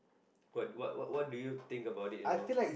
got what what what do you think about it you know